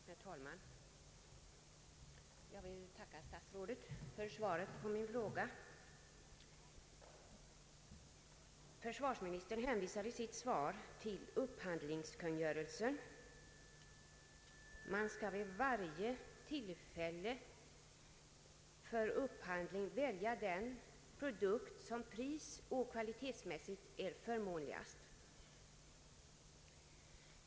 Herr talman! Jag ber att få tacka statsrådet för svaret på min fråga. Försvarsministern hänvisar i sitt svar till upphandlingskungörelsen. Man skall vid varje tillfälle för upphandling välja den produkt som prisoch kvalitetsmässigt är förmånligast.